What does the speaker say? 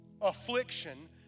affliction